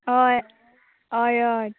होय होय होय